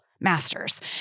masters